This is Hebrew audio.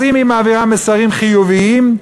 אם היא מעבירה מסרים חיוביים,